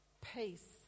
peace